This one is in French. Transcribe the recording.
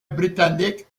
britannique